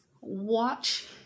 watch